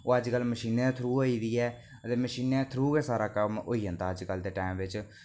ओह् अजकल मशीनें दे थ्रू होई गेदी ऐ दे मशीनें दे थ्रू गै सारा कम्म होई जंदा अजकल दे टाइम बिच्च